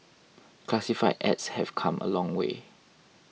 classified ads have come a long way